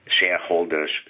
shareholders